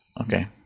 Okay